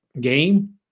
game